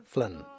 Flynn